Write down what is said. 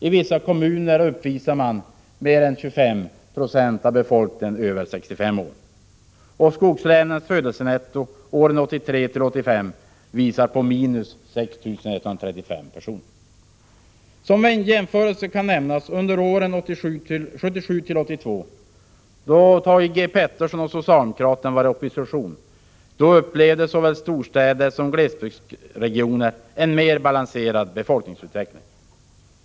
I vissa kommuner är mer än 25 90 av befolkningen över 65 år. Skogslänens födelsenetto åren 1983-1985 visar minus 6 135. Som jämförelse kan nämnas att under åren 1977-1982, då Thage G. Peterson och socialdemokraterna var i opposition, upplevde såväl storstäder som glesbygdsregioner en mer balanserad befolkningsutveckling.